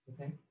Okay